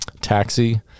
Taxi